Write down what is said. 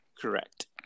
Correct